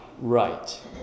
Right